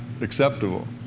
acceptable